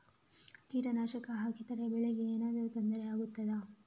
ಕೀಟನಾಶಕ ಹಾಕಿದರೆ ಬೆಳೆಗೆ ಏನಾದರೂ ತೊಂದರೆ ಆಗುತ್ತದಾ?